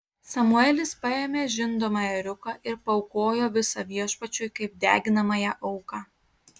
samuelis paėmė žindomą ėriuką ir paaukojo visą viešpačiui kaip deginamąją auką